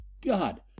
God